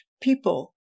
people